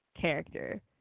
character